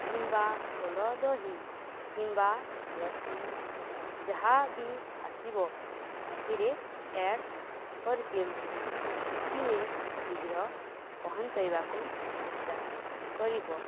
କିମ୍ବା ଘୋଳଦହି କିମ୍ବା ଲସି ଯାହା ବି ଆସିବ ସେଥିରେ ଆଡ଼୍ କରିଦିଅନ୍ତୁ ଟିକିଏ ଶୀଘ୍ର ପହଞ୍ଚାଇବାକୁ ଚେଷ୍ଟା କରିବ